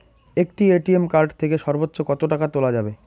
একটি ATM card থেকে সর্বোচ্চ কত টাকা তোলা যাবে?